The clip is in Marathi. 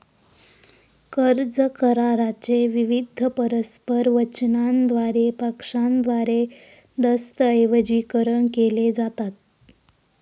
कर्ज करारा चे विविध परस्पर वचनांद्वारे पक्षांद्वारे दस्तऐवजीकरण केले जातात